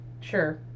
sure